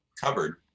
covered